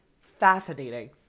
fascinating